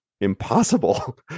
impossible